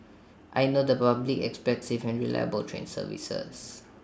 I know the public expects safe and reliable train services